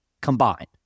combined